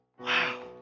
Wow